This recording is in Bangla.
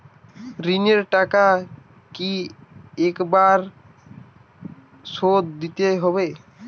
ঋণের টাকা কি একবার শোধ দিতে হবে?